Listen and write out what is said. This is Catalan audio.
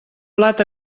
plat